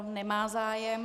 Nemá zájem.